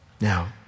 Now